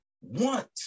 want—